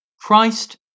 Christ